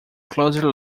closer